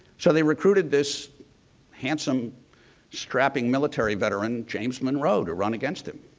so they recruited this handsome strapping military veteran, james monroe to run against him.